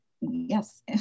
yes